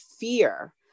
fear